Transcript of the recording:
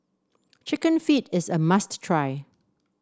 chicken feet is a must try